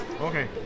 Okay